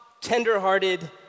tender-hearted